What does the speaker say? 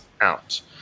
out